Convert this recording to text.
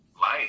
life